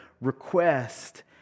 request